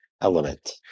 element